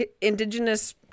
indigenous